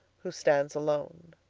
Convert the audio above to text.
who stands alone.